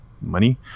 money